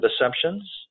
assumptions